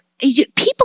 People